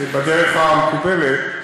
בדרך המקובלת,